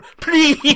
please